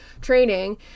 training